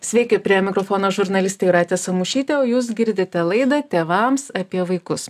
sveiki prie mikrofono žurnalistė jūratė samušytė o jūs girdite laidą tėvams apie vaikus